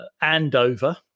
Andover